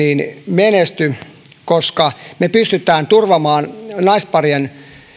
menesty koska me pystymme turvaamaan naisparien